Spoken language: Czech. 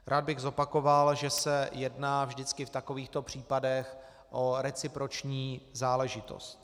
Rád bych zopakoval, že se jedná vždycky v takovýchto případech o reciproční záležitost.